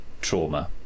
trauma